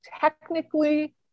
technically